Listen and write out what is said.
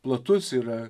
platus yra